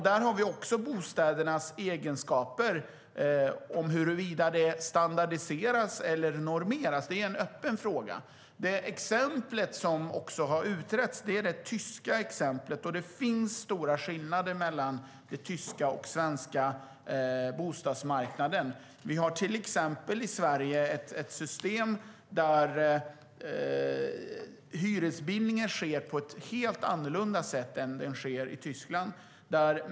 Där har vi också bostädernas egenskaper - huruvida de standardiseras eller normeras är en öppen fråga. Det exempel som har utretts är det tyska exemplet. Det finns stora skillnader mellan den tyska och den svenska bostadsmarknaden.I Sverige har vi till exempel ett system där hyresbildningen sker på ett helt annorlunda sätt än i Tyskland.